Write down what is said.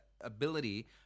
ability